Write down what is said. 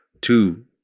two